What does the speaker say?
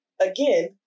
again